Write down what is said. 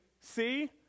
See